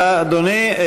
תודה, אדוני.